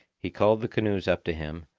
he called the canoes up to him,